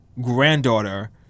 granddaughter